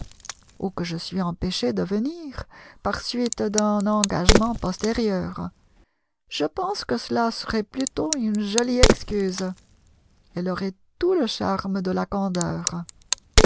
ou que je suis empêché de venir par suite d'un engagement postérieur je pense que cela serait plutôt une jolie excuse elle aurait tout le charme de la candeur